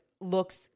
looks